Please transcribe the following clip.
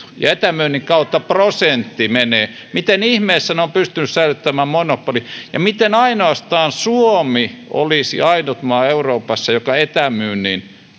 ja etämyynnin kautta prosentti menee miten ihmeessä ne ovat pystyneet säilyttämään monopolin ja miten ainoastaan suomi olisi ainut maa euroopassa joka etämyynnin